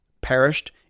perished